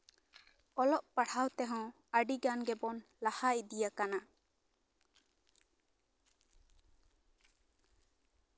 ᱟᱨ ᱚᱞᱚᱜ ᱯᱟᱲᱦᱟᱜ ᱛᱮᱦᱚᱸ ᱟᱹᱰᱤ ᱜᱟᱱ ᱜᱮᱵᱚᱱ ᱞᱟᱦᱟ ᱤᱫᱤ ᱟᱠᱟᱱᱟ